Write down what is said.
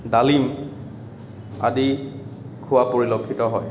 ডালিম আদি খোৱা পৰিলক্ষিত হয়